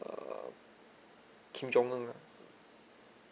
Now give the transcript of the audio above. um kim jong un uh